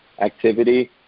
activity